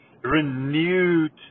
renewed